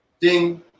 Ding